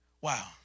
wow